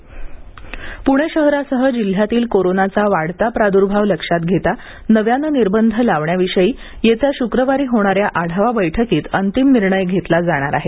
Pune corona Pune शहरासह जिल्ह्यातील कोरोनाचा वाढता प्रादुर्भाव लक्षात घेता नव्यानं निर्बंध लावण्याविषयी येत्या शुक्रवारी होणाऱ्या आढावा बैठकीत अंतिम निर्णय घेतला जाणार आहे